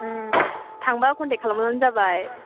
ओम थांबा कनटेक्त खालामबानो जाबाय